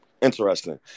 interesting